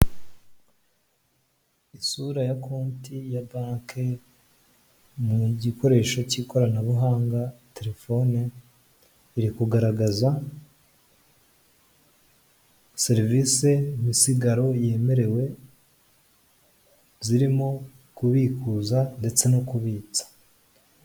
Isura ya konti ya banki mu gikoresho k'ikoranabuhanga telefone, biri kugaragaza serivise Misigaro yemerewe, zirimo kubikuza ndetse no kubitsa.